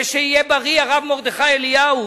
ושיהיה בריא הרב מרדכי אליהו,